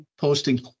posting